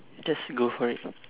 just go for it